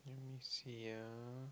let me see ah